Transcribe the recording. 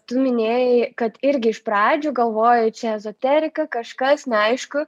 tu minėjai kad irgi iš pradžių galvojai čia ezoterika kažkas neaišku